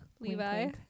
Levi